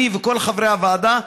אני וכל חברי הוועדה,